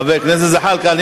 חבר הכנסת זחאלקה,